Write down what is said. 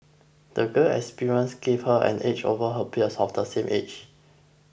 the girl's experiences gave her an edge over her peers of the same age